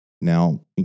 Now